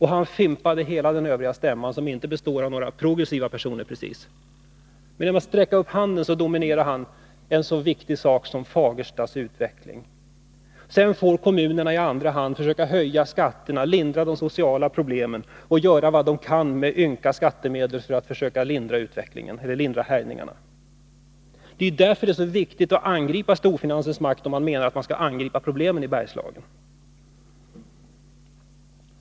Han fimpade hela den övriga stämman, som inte precis består av några progressiva personer. Genom att räcka upp handen bestämde han en så viktig sak som Fagerstas utveckling. Sedan, i andra hand, får kommunerna försöka höja skatterna för att med de ynka skattemedlen göra vad de kan för att lindra de sociala problemen. Det är därför som det är så viktigt att angripa storfinansens makt om man menar att man skall angripa problemen i Bergslagen.